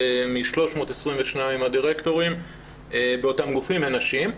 מ-322 הדירקטורים באותם גופים הן נשים.